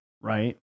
Right